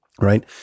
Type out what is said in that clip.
Right